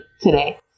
today